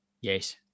Yes